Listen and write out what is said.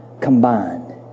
combined